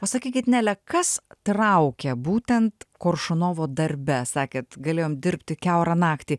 o sakykit nele kas traukia būtent koršunovo darbe sakėt galėjom dirbti kiaurą naktį